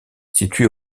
situé